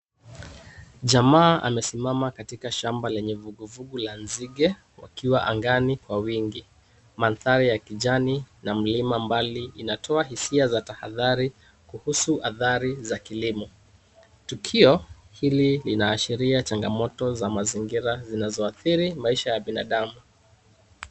Jamaa amesimama kwenye shamba lenye vuguvugu la nzige wakiwa angaji kwa wingi. Mandhari ya kijani na mlima mbali inatoa hisia za tahadhari kuhusu athari za kilimo. Tukio hili linaashiria changamoto za mazingira zinazoathiri maisha ya binadamu.